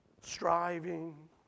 Striving